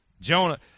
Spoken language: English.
Jonah